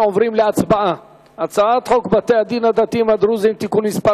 אנחנו עוברים להצבעה על הצעת חוק בתי-הדין הדתיים הדרוזיים (תיקון מס'